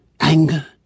Anger